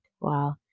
Wow